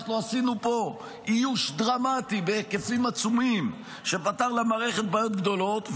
אנחנו עשינו פה איוש דרמטי בהיקפים עצומים שפתר למערכת בעיות גדולות.